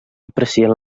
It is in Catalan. aprecien